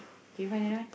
do you find another one